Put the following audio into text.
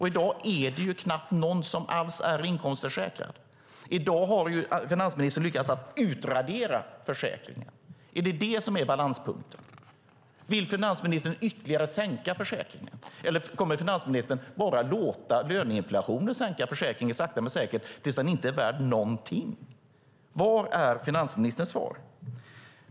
I dag är det knappt någon alls som är inkomstförsäkrad. I dag har finansministern lyckats utradera försäkringen. Är det detta som är balanspunkten? Vill finansministern ytterligare sänka försäkringen? Eller kommer finansministern bara att låta löneinflationen sakta men säkert sänka försäkringen tills den inte är värd någonting? Vad är finansministerns svar?